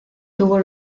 tuvo